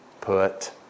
put